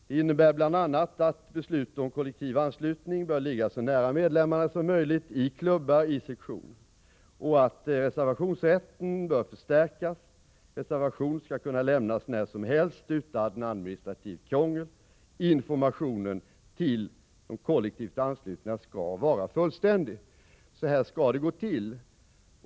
Det innebär bl.a. att beslut om kollektivanslutning bör ligga så nära medlemmarna som möjligt i klubbar och sektioner samt att reservationsrätten bör förstärkas. Reservation skall kunna lämnas när som helst, utan administrativt krångel. Informationen till de kollektivt anslutna skall vara fullständig. Så här skall det gå till.